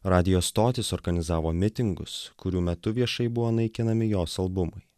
radijo stotys organizavo mitingus kurių metu viešai buvo naikinami jos albumai